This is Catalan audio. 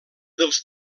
dels